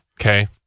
Okay